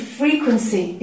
frequency